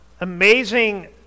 amazing